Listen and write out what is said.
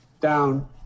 down